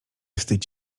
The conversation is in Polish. wstydź